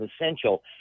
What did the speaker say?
essential